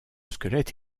squelette